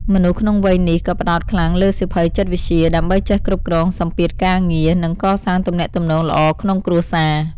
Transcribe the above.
មនុស្សក្នុងវ័យនេះ ក៏ផ្ដោតខ្លាំងលើសៀវភៅចិត្តវិទ្យា ដើម្បីចេះគ្រប់គ្រងសម្ពាធការងារ និងកសាងទំនាក់ទំនងល្អក្នុងគ្រួសារ។